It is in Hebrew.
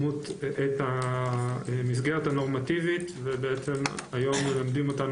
המסגרת הנורמטיבית והיום מלמדים אותנו